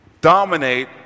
dominate